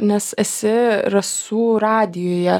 nes esi rasų radijuje